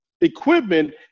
equipment